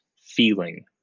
feeling